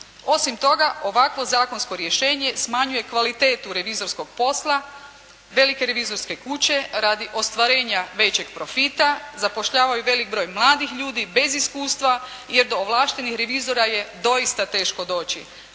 Osim toga, ovakvo zakonsko rješenje smanjuje kvalitetu revizorskog posla, velike revizorske kuće radi ostvarenja većeg profita, zapošljavaju velik broj mladih ljudi bez iskustva jer do ovlaštenih revizora je doista teško doći.